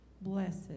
Blessed